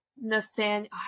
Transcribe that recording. Nathaniel